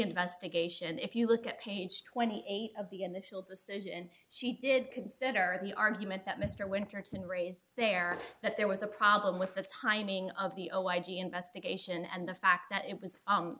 investigation if you look at page twenty eight of the initial decision she did consider the argument that mr winterton raised there that there was a problem with the timing of the o id investigation and the fact that it was